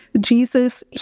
Jesus